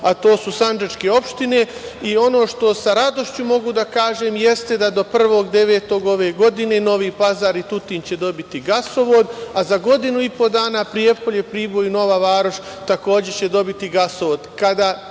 a to su sandžačke opštine. Ono što sa radošću mogu da kažem, jeste da do 1. septembra ove godine Novi Pazar i Tutin će dobiti gasovod, a za godinu i po dana Prijepolje, Priboj i Nova Varoš, takođe će dobiti gasovod. Kada